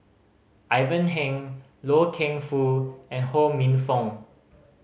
Ivan Heng Loy Keng Foo and Ho Minfong